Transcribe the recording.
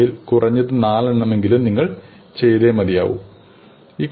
അവയിൽ കുറഞ്ഞത് നാലെണ്ണമെങ്കിലും നിങ്ങൾ ചെയ്തേ മതിയാവൂ സമയം കാണുക 0827